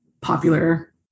popular